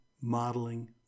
modeling